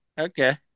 Okay